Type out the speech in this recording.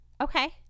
Okay